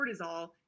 cortisol